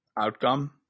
outcome